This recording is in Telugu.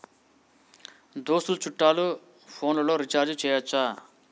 దోస్తులు చుట్టాలు ఫోన్లలో రీఛార్జి చేయచ్చా?